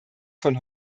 von